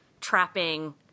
trapping